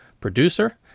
producer